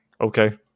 Okay